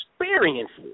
experiences